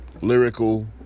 lyrical